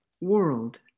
world